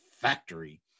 factory